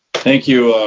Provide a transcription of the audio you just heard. thank you,